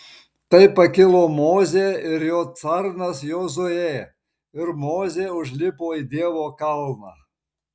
tai pakilo mozė ir jo tarnas jozuė ir mozė užlipo į dievo kalną